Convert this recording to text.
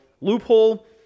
Loophole